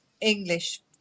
English